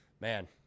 man